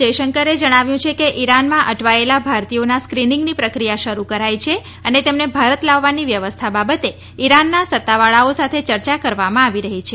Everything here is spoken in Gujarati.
જયશંકરે જણાવ્યું છે કે ઇરાનમાં અટવાયેલા ભારતીયોના સ્ક્રિનિંગની પ્રક્રિયા શરૂ કરાઈ છે અને તેમને ભારત લાવવાની વ્યવસ્થા બાબતે ઇરાનના સત્તાવાળાઓ સાથે ચર્ચા કરવામાં આવી રહી છે